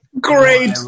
Great